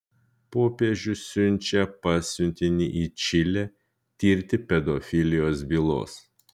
popiežius siunčia pasiuntinį į čilę tirti pedofilijos bylos